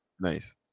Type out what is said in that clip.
Nice